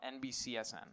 NBCSN